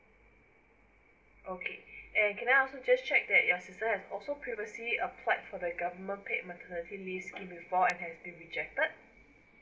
okay and can I ask you just check that your sister has also previously applied for the government paid maternity leave scheme before and has been rejected